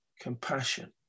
compassion